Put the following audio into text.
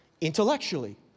intellectually